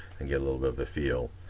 and get a little bit of the feel.